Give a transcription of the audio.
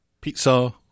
Pizza